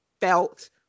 felt